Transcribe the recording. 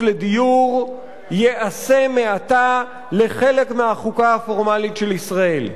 לדיור ייעשה מעתה לחלק מהחוקה הפורמלית של ישראל.